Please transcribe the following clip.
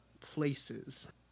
places